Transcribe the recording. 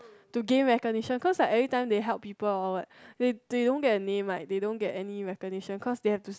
to gain recognition cause like everytime they help people or what they they don't get a name like they don't get any recognition cause they have to